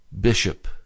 bishop